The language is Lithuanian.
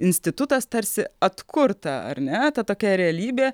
institutas tarsi atkurta ar ne ta tokia realybė